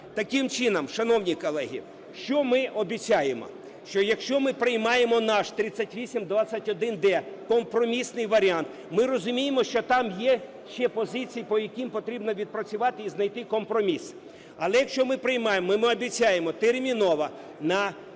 Таким чином, шановні колеги, що ми обіцяємо? Що, якщо ми приймаємо наш, 3821-д, компромісний варіант, ми розуміємо, що там є ще позиції, по яким потрібно відпрацювати і знайти компроміс. Але якщо ми приймаємо, ми обіцяємо терміново на нашому